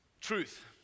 truth